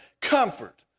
Comfort